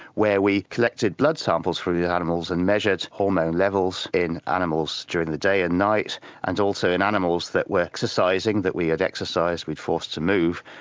where we collected blood samples from these animals and measured hormone levels in animals during the day and night and also in animals that were exercising, that we had exercised, we'd forced to move,